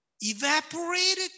evaporated